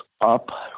up